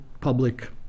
public